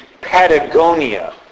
Patagonia